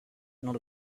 not